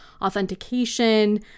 authentication